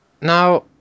Now